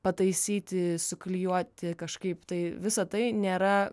pataisyti suklijuoti kažkaip tai visa tai nėra